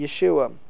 Yeshua